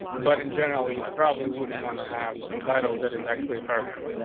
but in general, you probably wouldn't want to have a title that is actually a program.